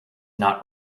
not